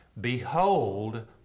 Behold